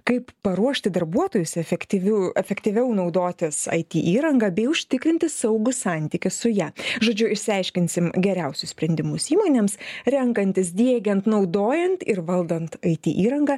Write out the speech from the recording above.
kaip paruošti darbuotojus efektyvių efektyviau naudotis it įranga bei užtikrinti saugų santykį su ja žodžiu išsiaiškinsim geriausius sprendimus įmonėms renkantis diegiant naudojant ir valdant it įrangą